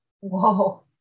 Whoa